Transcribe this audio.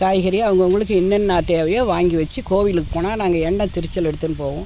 காய்கறி அவுங்கவங்களுக்கு என்னென்ன தேவையோ வாங்கி வைச்சு கோவிலுக்குப் போனால் நாங்கள் எண்ணெய் திருச்செல் எடுத்துன்னு போவோம்